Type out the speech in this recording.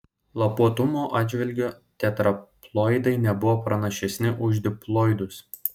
lapuotumo atžvilgiu tetraploidai nebuvo pranašesni už diploidus